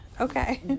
okay